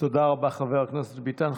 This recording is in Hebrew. חבר הכנסת ביטן.